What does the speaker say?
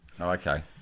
Okay